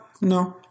no